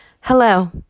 Hello